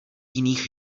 jiných